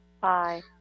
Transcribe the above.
Bye